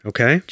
Okay